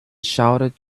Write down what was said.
shouted